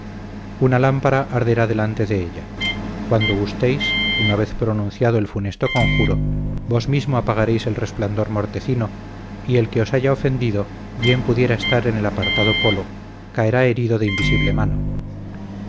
una lámpara arderá delante de ella cuando gustéis una vez pronunciado el funesto conjuro vos mismo apagaréis el resplandor mortecino y el que os haya ofendido bien pudiera estar en el apartado polo caerá herido de invisible mano